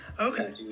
okay